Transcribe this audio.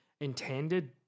intended